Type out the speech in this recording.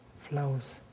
flows